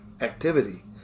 activity